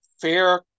fair